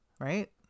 right